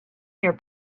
your